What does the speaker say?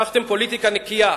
הבטחתם פוליטיקה נקייה.